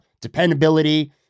dependability